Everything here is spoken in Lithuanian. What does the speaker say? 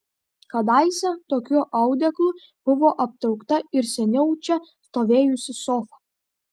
kadaise tokiu audeklu buvo aptraukta ir seniau čia stovėjusi sofa